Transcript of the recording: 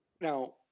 Now